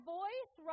voice